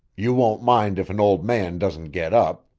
you won't mind if an old man doesn't get up.